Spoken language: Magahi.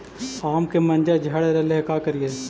आम के मंजर झड़ रहले हे का करियै?